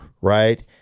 right